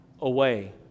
away